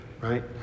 right